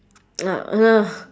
ah ah